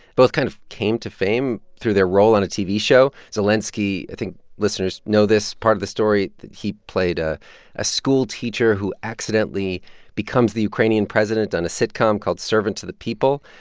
both kind of came to fame through their role on a tv show. zelenskiy i think listeners know this part of the story. he played ah a schoolteacher who accidentally becomes the ukrainian president on a sitcom called servant to the people.